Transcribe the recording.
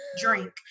Drink